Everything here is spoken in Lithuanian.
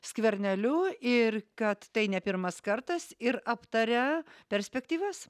skverneliu ir kad tai ne pirmas kartas ir aptaria perspektyvas